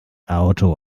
auto